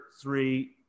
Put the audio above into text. three